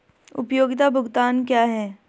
उपयोगिता भुगतान क्या हैं?